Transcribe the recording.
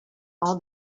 all